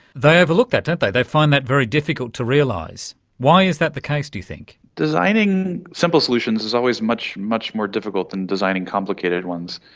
they overlook that, don't they, they find that very difficult to realise. why is that the case, do you think? designing simple solutions is always much, much more difficult than designing complicated ones.